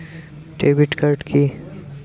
Debit card কি?